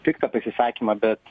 piktą pasisakymą bet